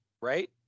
Right